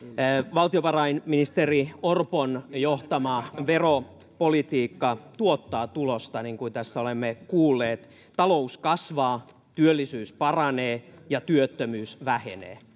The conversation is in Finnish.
valtiovarainministeri orpon johtama veropolitiikka tuottaa tulosta niin kuin tässä olemme kuulleet talous kasvaa työllisyys paranee ja työttömyys vähenee